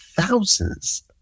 thousands